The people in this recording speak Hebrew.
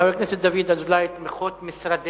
חבר הכנסת דוד אזולאי: תמיכות משרדך,